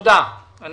אני